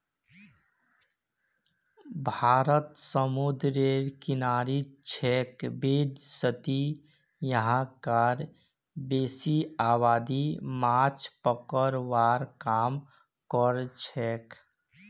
भारत समूंदरेर किनारित छेक वैदसती यहां कार बेसी आबादी माछ पकड़वार काम करछेक